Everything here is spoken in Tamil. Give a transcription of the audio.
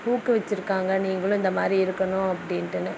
ஊக்குவிச்சிருக்காங்கள் நீங்களும் இந்த மாதிரி இருக்கணும் அப்படின்ட்டுன்னு